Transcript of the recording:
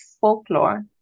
folklore